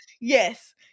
yes